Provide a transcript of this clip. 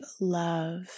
love